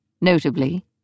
Notably